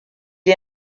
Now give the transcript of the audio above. est